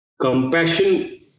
Compassion